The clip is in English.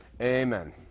Amen